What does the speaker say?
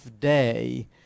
day